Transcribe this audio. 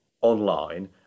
online